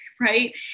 right